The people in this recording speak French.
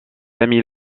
amis